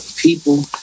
people